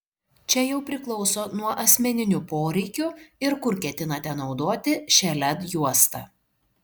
čia jau priklauso nuo asmeninių poreikių ir kur ketinate naudoti šią led juostą